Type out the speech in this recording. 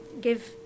give